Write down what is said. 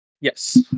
Yes